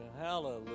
hallelujah